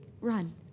run